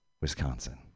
Wisconsin